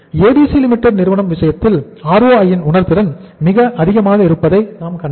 ABC Limited நிறுவனம் விஷயத்தில் ROI ன் உணர்திறன் மிக அதிகமாக இருப்பதை நாம் கண்டோம்